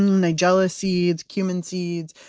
nigella seeds, cumin seeds,